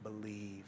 believe